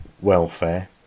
welfare